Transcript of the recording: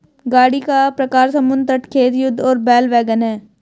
गाड़ी का प्रकार समुद्र तट, खेत, युद्ध और बैल वैगन है